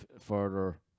further